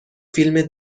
فیلم